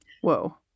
Whoa